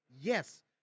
Yes